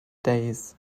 days